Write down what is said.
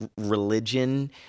religion